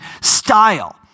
style